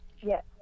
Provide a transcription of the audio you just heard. Yes